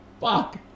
Fuck